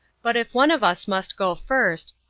but if one of us must go first,